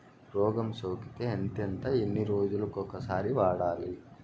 రోగం సోకితే ఎంతెంత ఎన్ని రోజులు కొక సారి వాడాలి?